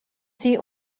sie